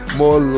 more